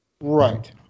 right